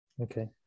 okay